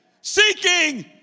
seeking